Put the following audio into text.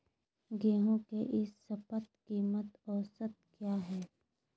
गेंहू के ई शपथ कीमत औसत क्या है?